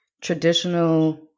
traditional